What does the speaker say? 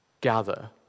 gather